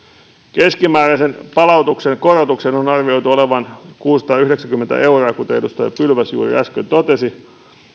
keskimääräisen palautuksen korotuksen on arvioitu olevan kuusisataayhdeksänkymmentä euroa kuten edustaja pylväs juuri äsken totesi